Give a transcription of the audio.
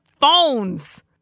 phones